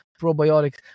probiotics